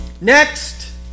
Next